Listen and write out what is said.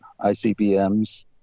ICBMs